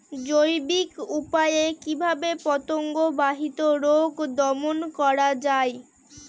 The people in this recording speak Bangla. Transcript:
জৈবিক উপায়ে কিভাবে পতঙ্গ বাহিত রোগ দমন করা যায়?